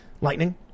lightning